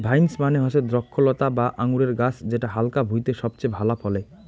vines মানে হসে দ্রক্ষলতা বা আঙুরের গাছ যেটা হালকা ভুঁইতে সবচেয়ে ভালা ফলে